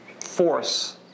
force